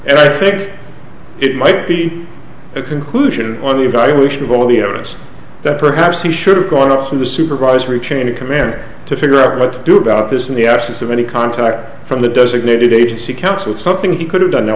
and i think it might be a conclusion on the evaluation of all the evidence that perhaps he should have gone off from the supervisory chain of command to figure out what to do about this in the absence of any contact from the designated agency counsel something he could have done now